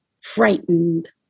frightened